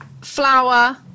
flour